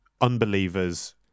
unbelievers